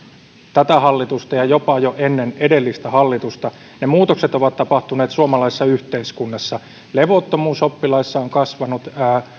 tätä hallitusta ja jopa jo ennen edellistä hallitusta ne muutokset ovat tapahtuneet suomalaisessa yhteiskunnassa levottomuus oppilaissa on kasvanut